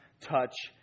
touch